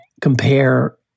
compare